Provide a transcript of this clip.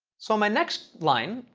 so my next line,